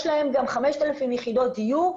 יש להם גם 5,000 יחידות דיור.